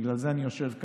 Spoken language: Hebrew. בגלל זה אני יושב כאן,